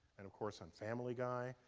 and of course on family guy.